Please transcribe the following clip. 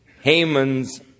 Haman's